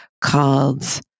called